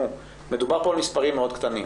מדובר פה על מספרים מאוד קטנים,